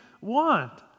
want